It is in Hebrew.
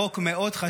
חוק חשוב מאוד.